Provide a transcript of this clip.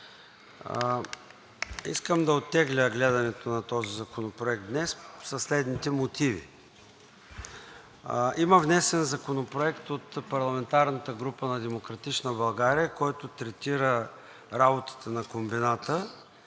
Искам да оттегля гледането на този законопроект днес със следните мотиви. Има внесен законопроект от парламентарната група на „Демократична България“, който третира работата на комбината